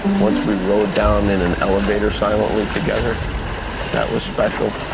once we rode down in an elevator silently together that was special.